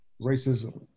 racism